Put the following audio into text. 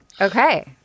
Okay